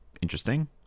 interesting